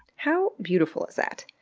how beautiful is that?